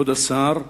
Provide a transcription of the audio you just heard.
כבוד השר,